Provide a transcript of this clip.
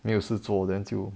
没有事做 then 就